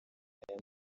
aya